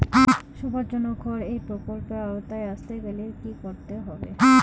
সবার জন্য ঘর এই প্রকল্পের আওতায় আসতে গেলে কি করতে হবে?